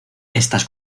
estas